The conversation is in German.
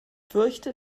fürchte